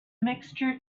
mixture